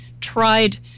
tried